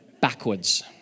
backwards